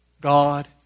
God